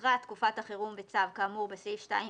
וקוצרה תקופת החירום כאמור בסעיף 2(ב)"